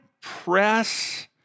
press